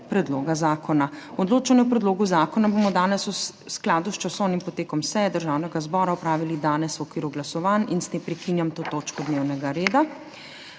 predloga zakona. Odločanje o predlogu zakona bomo v skladu s časovnim potekom seje Državnega zbora opravili danes v okviru glasovanj. S tem prekinjam to točko dnevnega reda.